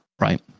right